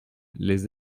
les